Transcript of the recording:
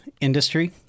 industry